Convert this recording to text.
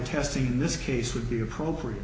testing this case would be appropriate